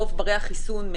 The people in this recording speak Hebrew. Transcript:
רוב ברי החיסון,